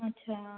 अच्छा